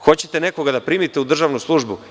Hoćete nekoga da primite u državnu službu?